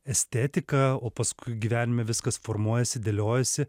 estetiką o paskui gyvenime viskas formuojasi dėliojasi